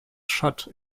shut